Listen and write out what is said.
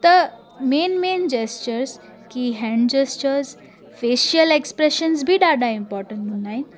त main main gestures की hand gestures facial expressions बि ॾाढा इम्पॉटेंट हूंदा आहिनि